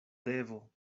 devo